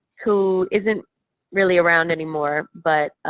who isn't really around anymore, but